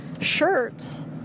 shirts